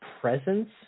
presence